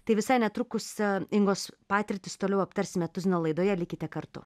tai visai netrukus ingos patirtis toliau aptarsime tuzino laidoje likite kartu